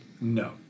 No